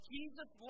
Jesus